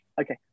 okay